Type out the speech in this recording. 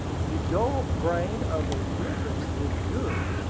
the dull brain of a briton is good.